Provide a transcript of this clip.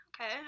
Okay